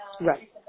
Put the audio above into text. Right